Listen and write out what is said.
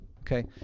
Okay